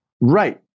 Right